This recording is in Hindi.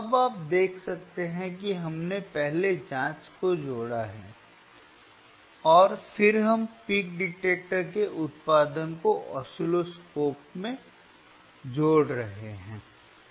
तो अब आप देख सकते हैं कि हमने पहले जांच को जोड़ा है और फिर हम पीक डिटेक्टर के उत्पादन को ऑसिलोस्कोप से जोड़ रहे हैं